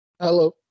Hello